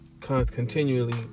continually